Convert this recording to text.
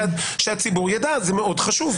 שהציבור יידע, זה מאוד חשוב.